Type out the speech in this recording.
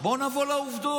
בואו נעבור לעובדות,